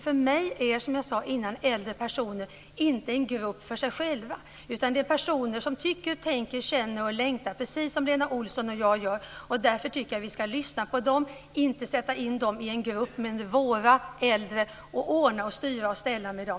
För mig är, som jag tidigare sade, äldre personer inte en grupp för sig själv utan personer som tycker, tänker, känner och längtar precis som Lena Olsson och jag gör. Jag tycker därför att vi ska lyssna på dem och inte sätta in dem i en grupp som "våra äldre" och styra och ställa med dem.